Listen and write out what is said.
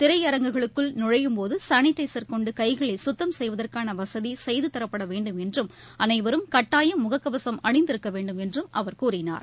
திரையரங்குகளுக்குள் போதுசானிடைசர் கொண்டுகைகளைசுத்தம் நழையும் செய்வதற்கானவசதிசெய்துதரப்படவேண்டும் என்றும் அனைவரும் கட்டாயம் முகக்கவசம் அணிந்து இருக்கவேண்டும் என்றும் அவர் கூறினார்